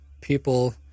people